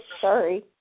sorry